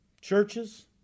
churches